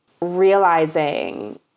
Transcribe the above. realizing